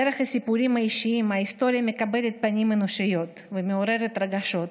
דרך הסיפורים האישיים ההיסטוריה מקבלת פנים אנושיות ומעוררת רגשות,